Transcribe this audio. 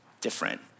different